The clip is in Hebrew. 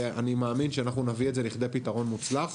ואני מאמין שאנחנו נביא את זה לכדי פתרון מוצלח,